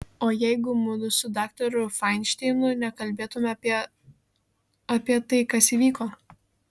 o jeigu mudu su daktaru fainšteinu nekalbėtumėme apie apie tai kas įvyko